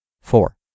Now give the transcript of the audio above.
Four